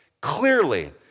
Clearly